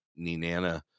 Ninana